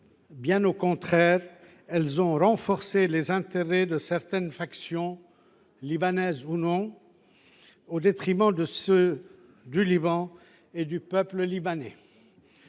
Bien au contraire, elles ont renforcé les intérêts de certaines factions, libanaises ou non, au détriment de ceux du Liban et du peuple libanais.